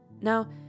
Now